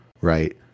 right